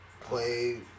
Play